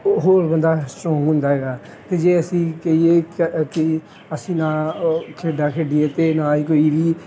ਉਹ ਹੋਰ ਬੰਦਾ ਸਟਰੋਂਗ ਹੁੰਦਾ ਹੈਗਾ ਅਤੇ ਜੇ ਅਸੀਂ ਕਹੀਏ ਕਿ ਕਿ ਅਸੀਂ ਨਾ ਉਹ ਖੇਡਾਂ ਖੇਡੀਏ ਅਤੇ ਨਾ ਹੀ ਕੋਈ ਵੀ